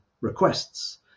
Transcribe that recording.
requests